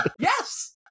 Yes